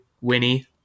Winnie